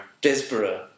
Desborough